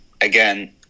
again